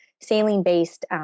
saline-based